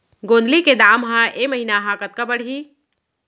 गोंदली के दाम ह ऐ महीना ह कतका बढ़ही?